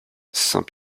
saint